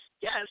yes